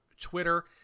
Twitter